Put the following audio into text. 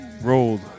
rolled